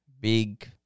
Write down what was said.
big